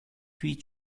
huit